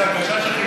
של "הגשש החיוור",